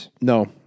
No